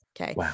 Okay